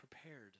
prepared